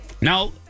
Now